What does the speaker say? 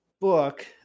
book